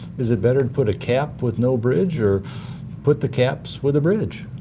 is it better to put a cap with no bridge or put the caps with a bridge?